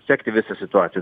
sekti visą situaciją